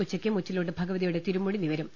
ഉച്ചയ്ക്ക് മുച്ചിലോട്ട് ഭഗവതി യുടെ തിരുമുടി നിവരും